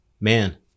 man